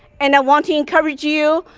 and i want to encourage you.